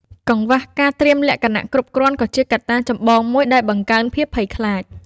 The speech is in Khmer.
កង្វះការត្រៀមលក្ខណៈគ្រប់គ្រាន់ក៏ជាកត្តាចម្បងមួយដែលបង្កើនភាពភ័យខ្លាច។